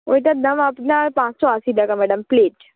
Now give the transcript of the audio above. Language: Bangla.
ওইটার দাম আপনার পাঁচশো আশি টাকা ম্যাডাম প্লেট